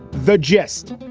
the gist.